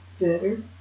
better